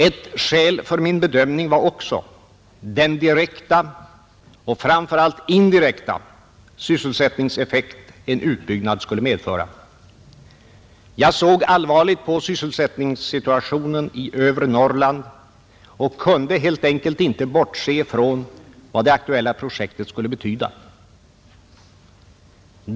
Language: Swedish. Ett skäl för min bedömning var också den direkta, och framför allt indirekta, sysselsättningseffekt en utbyggnad skulle medföra. Jag såg allvarligt på sysselsättningssituationen i övre Norrland och kunde helt enkelt inte bortse från vad det aktuella projektet skulle betyda.